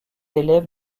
élève